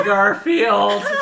Garfield